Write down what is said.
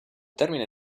termine